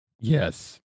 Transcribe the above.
yes